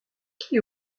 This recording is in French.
qui